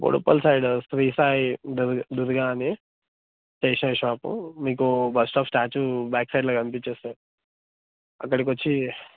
Boduppal side Sri Sai Durga Durga అని stationery shop మీకు bus stop statue back సైడ్లో కనిపిస్తుంది అక్కడికి వచ్చి